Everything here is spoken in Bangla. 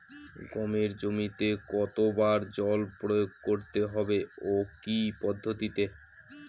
গমের জমিতে কতো বার জল প্রয়োগ করতে হবে ও কি পদ্ধতিতে?